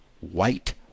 white